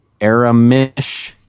Aramish